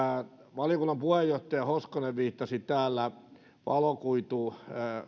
valiokunnan puheenjohtaja hoskonen viittasi täällä